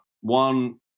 one